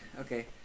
Okay